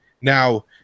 now